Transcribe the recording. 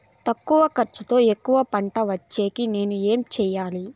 తక్కువ ఖర్చుతో ఎక్కువగా పంట వచ్చేకి నేను ఏమి చేయాలి?